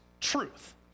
truth